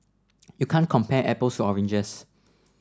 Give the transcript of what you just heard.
you can't compare apples to oranges